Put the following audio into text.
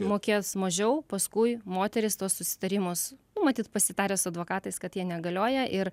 mokės mažiau paskui moterys tuos susitarimus matyt pasitarę su advokatais kad jie negalioja ir